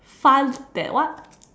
fun that what